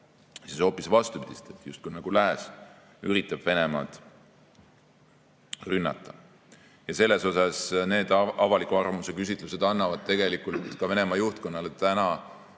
tõesti hoopis vastupidist: et justkui lääs üritab Venemaad rünnata. Selles mõttes need avaliku arvamuse küsitlused annavad tegelikult ka Venemaa juhtkonnale täna